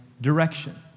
direction